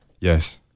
Yes